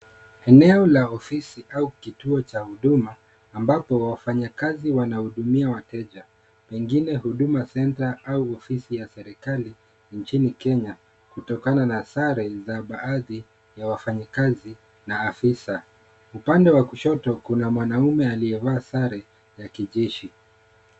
Eneo la ofisi au kituo cha huduma ambapo wafanyakazi wanahudumia wateja; pengine Huduma centre au ofisi ya serikali nchini Kenya, kutokana na sare za baadhi ya wafanyikazi na afisa. Upande wa kushoto kuna mwanaume aliyevaa sare ya kijeshi.